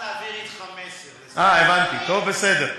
רוצים להעביר אתך מסר, אה, הבנתי, טוב, בסדר.